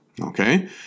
Okay